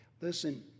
Listen